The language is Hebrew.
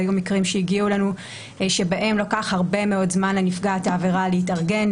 היו מקרים שהגיעו אלינו שבהם לקח הרבה מאוד זמן לנפגעת העבירה להתארגן,